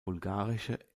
bulgarische